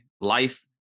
life